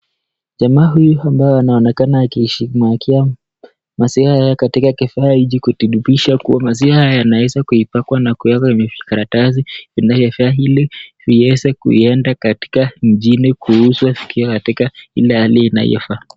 Jamaa huyu ambaye anaonekana akiishigamkia maziwa katika kifaa hiki kudhibitisha kuwa maziwa haya yanaweza kuipaki na kueka vijikaratasi inayostahili ili ieza kuenda katika mjini kuuzwa ikiwa katika ile hali inayofaa.